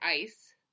ice